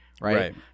Right